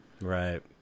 Right